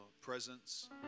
presence